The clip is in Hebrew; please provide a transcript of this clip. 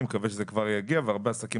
אני מקווה שזה יגיע והרבה עסקים